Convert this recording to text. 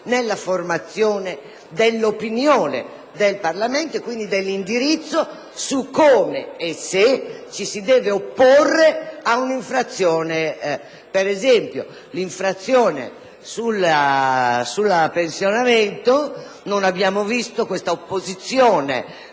nella formazione dell'opinione del Parlamento stesso e quindi dell'indirizzo su come e se ci si deve opporre ad un'infrazione. Ad esempio, per l'infrazione sul pensionamento non abbiamo visto un'opposizione